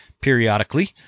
periodically